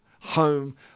home